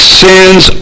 sins